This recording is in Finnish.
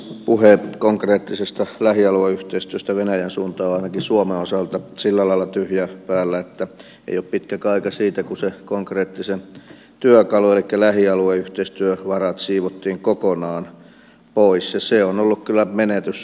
puhe konkreettisesta lähialueyhteistyöstä venäjän suuntaan on ainakin suomen osalta sillä lailla tyhjän päällä että ei ole pitkäkään aika siitä kun se konkreettisin työkalu eli lähialueyhteistyövarat siivottiin kokonaan pois ja se on ollut kyllä menetys